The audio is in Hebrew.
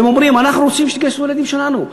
והם אומרים: אנחנו רוצים שתגייסו ילדים שלנו,